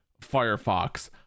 Firefox